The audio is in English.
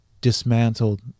dismantled